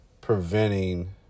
preventing